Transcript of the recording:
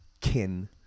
Kin